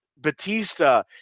Batista